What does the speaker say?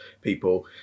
people